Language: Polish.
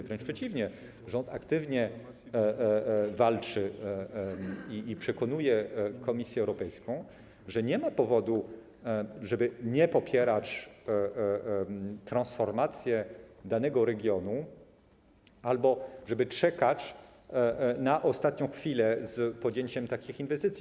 Wręcz przeciwnie, rząd aktywnie walczy i przekonuje Komisję Europejską, że nie ma powodu, żeby nie popierać transformacji danego regionu albo żeby czekać na ostatnią chwilę z podjęciem takich inwestycji.